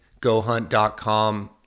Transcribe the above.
GoHunt.com